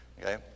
okay